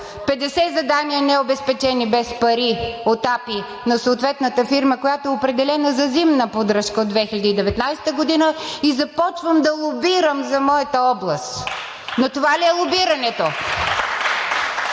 50 задания, необезпечени, без пари от АПИ на съответната фирма, която е определена за зимна поддръжка от 2019 г., и започвам да лобирам за моята област. (Ръкопляскания